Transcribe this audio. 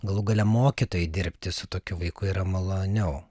galų gale mokytojui dirbti su tokiu vaiku yra maloniau